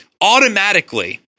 Automatically